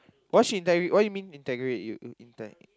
what she interrogate what you mean interrogate you inter~